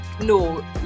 No